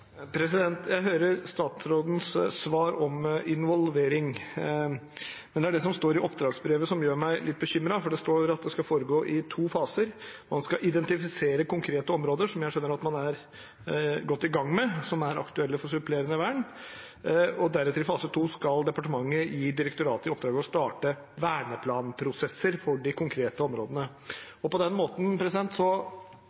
Jeg hører statsrådens svar om involvering, men det er det som står i oppdragsbrevet, som gjør meg litt bekymret, for det står at det skal foregå i to faser. Man skal identifisere konkrete områder, som jeg skjønner at man er godt i gang med, som er aktuelle for supplerende vern. Deretter, i fase 2, skal departementet gi direktoratet i oppdrag å starte verneplanprosesser for de konkrete områdene.